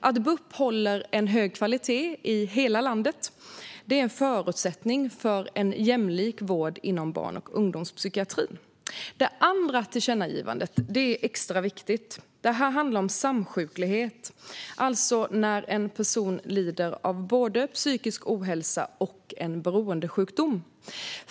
Att BUP håller en hög kvalitet i hela landet är en förutsättning för en jämlik vård inom barn och ungdomspsykiatrin. Det andra tillkännagivandet är extra viktigt. Det handlar om samsjuklighet, alltså när en person lider av både psykisk ohälsa och en beroendesjukdom.